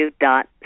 dot